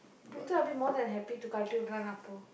Punitha will be more than happy to கழட்டிவிடுறான்:kazhatdividuraan Appu